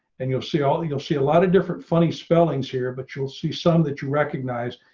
and you'll see all the you'll see a lot of different funny spellings here, but you'll see some that you recognize.